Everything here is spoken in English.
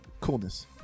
coolness